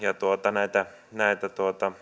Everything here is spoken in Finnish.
näitä näitä